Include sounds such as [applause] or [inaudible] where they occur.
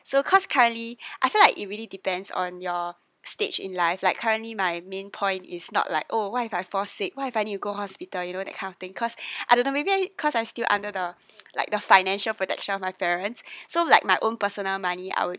so cause currently [breath] I feel like it really depends on your stage in life like currently my main point is not like oh what if I fall sick what if I need to go hospital you know that kind of thing cause [breath] I don't know maybe I cause I'm still under the like the financial protection of my parents [breath] so like my own personal money I would